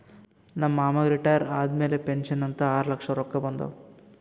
ನಮ್ ಮಾಮಾಗ್ ರಿಟೈರ್ ಆದಮ್ಯಾಲ ಪೆನ್ಷನ್ ಅಂತ್ ಆರ್ಲಕ್ಷ ರೊಕ್ಕಾ ಬಂದಾವ್